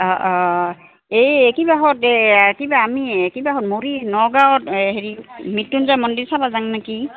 অঁ অঁ এই কিবাহঁত এই কিবা আমি কিবাহঁত মৰি নগাঁৱত হেৰি মৃত্যুঞ্জয় মন্দিৰ চাবা যাং নেকি